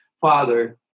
father